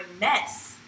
mess